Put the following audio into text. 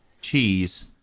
cheese